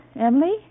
Emily